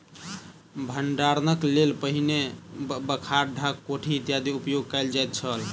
भंडारणक लेल पहिने बखार, ढाक, कोठी इत्यादिक उपयोग कयल जाइत छल